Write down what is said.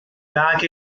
lack